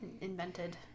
Invented